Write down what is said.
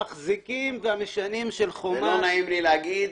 והמחזיקים והמשנעים של חומ"ס --- ולא נעים לי להגיד,